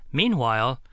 meanwhile